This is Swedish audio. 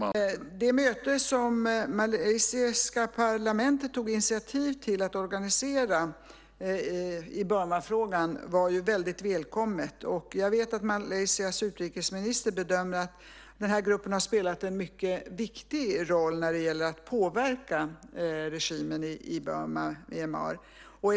Fru talman! Det möte som det malaysiska parlamentet tog initiativ till att organisera i Burmafrågan var väldigt välkommet. Jag vet att Malaysias utrikesminister bedömer att den här gruppen har spelat en mycket viktig roll när det gäller att påverka regimen i Burma/Myanmar.